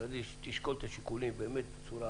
שתשקול את השיקולים בצורה